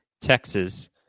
Texas